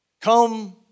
Come